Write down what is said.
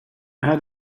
had